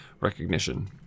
recognition